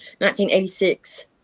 1986